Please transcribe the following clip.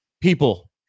people